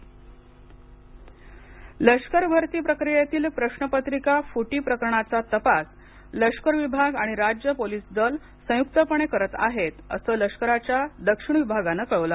पेपरफुटी लष्कर भरती प्रक्रियेतील प्रश्नपत्रिका फुटी प्रकरणाचा तपास लष्कर विभाग आणि राज्य पोलीस दल संयुक्तपणे करत आहेत असं लष्कराच्या दक्षिण विभागाने कळवल आहे